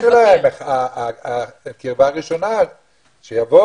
הילדים שלו, הקרבה הראשונה שיבואו.